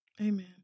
Amen